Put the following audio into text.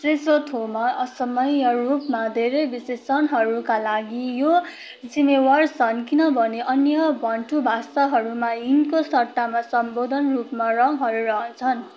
सेसोथोमा असामान्य रूपमा धेरै विशेषणहरूका लागि यी जिम्मेवार छन् किनभने अन्य बान्टू भाषाहरूमा यिनको सट्टामा सम्बोधन रूपमा रङहरू रहन्छन्